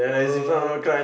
um